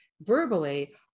verbally